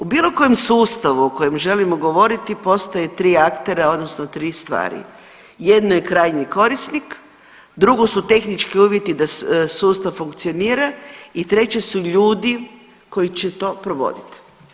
U bilo kojem sustavu o kojem želimo govoriti postoje tri aktera odnosno tri stvari, jedno je krajnji korisnik, drugo su tehnički uvjeti da sustav funkcionira i treće su ljudi koji će to provodit.